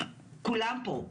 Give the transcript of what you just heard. כולם פה,